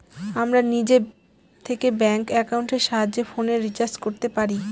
আমরা নিজে থেকে ব্যাঙ্ক একাউন্টের সাহায্যে ফোনের রিচার্জ করতে পারি